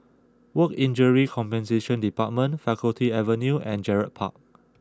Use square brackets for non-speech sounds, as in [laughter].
Work Injury Compensation Department Faculty Avenue and Gerald Park [noise]